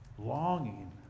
longing